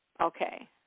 okay